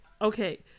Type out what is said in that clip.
okay